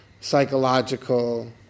psychological